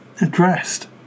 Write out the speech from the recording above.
addressed